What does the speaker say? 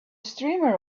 streamer